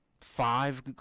five